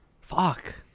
Fuck